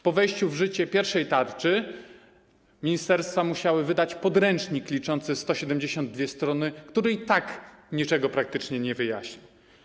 Po wejściu w życie pierwszej tarczy ministerstwa musiały wydać podręcznik liczący 172 strony, który i tak praktycznie niczego nie wyjaśnia.